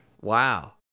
Wow